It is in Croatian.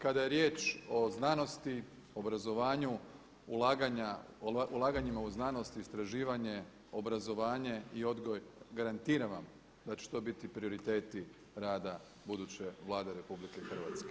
Kada je riječ o znanosti, obrazovanju, ulaganjima u znanost, istraživanje, obrazovanje i odgoj garantiram vam da će to biti prioriteti rada buduće Vlade RH.